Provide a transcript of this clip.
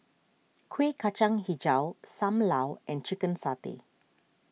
Kueh Kacang HiJau Sam Lau and Chicken Satay